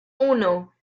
uno